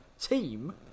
team